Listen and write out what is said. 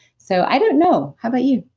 so, i don't know. how about you?